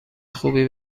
خوبی